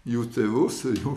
jų tėvus jų